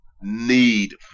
need